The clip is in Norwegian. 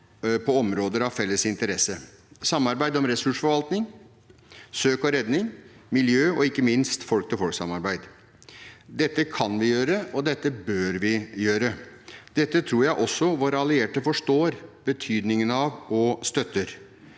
på områder av felles interesse: samarbeid om ressursforvaltning, søk og redning, miljø og ikke minst folk-til-folk-samarbeid. Dette kan vi gjøre, og dette bør vi gjøre. Det tror jeg også våre allierte forstår betydningen av og støtter.